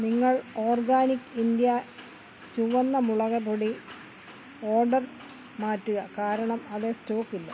നിങ്ങൾ organic India ചുവന്ന മുളക് പൊടി ഓർഡർ മാറ്റുക കാരണം അത് സ്റ്റോക്കില്ല